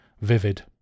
vivid